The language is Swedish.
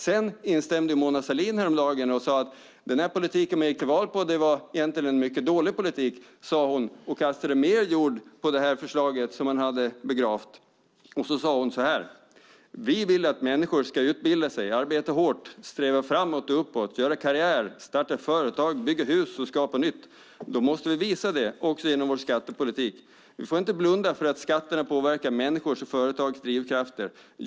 Mona Sahlin instämde häromdagen och sade att den politik man gick till val på egentligen var en mycket dålig politik. Det sade hon och kastade mer jord på det här förslaget, som man hade begravt. Och så sade hon så här: Vi vill att människor ska utbilda sig, arbeta hårt, sträva framåt och uppåt, göra karriär, starta företag, bygga hus och skapa nytt. Då måste vi visa det - också genom vår skattepolitik. Vi får inte blunda för att skatterna påverkar människors och företags drivkrafter.